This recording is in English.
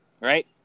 Right